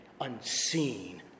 unseen